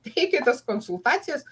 teikė tas konsultacijas